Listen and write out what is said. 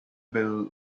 bill